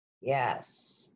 Yes